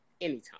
anytime